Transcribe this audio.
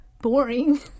boring